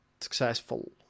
successful